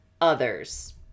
others